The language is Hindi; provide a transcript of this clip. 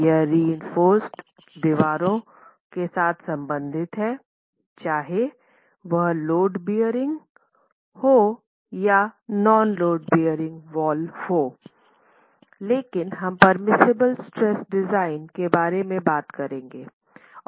यह रिइंफोर्स दीवारों के साथ संबंधित है चाहे वह लोड बेअरिंग हो या नॉन लोड बेअरिंग लेकिन हम पेर्मिसिबल स्ट्रेस डिज़ाइन के बारे में बात करेंगे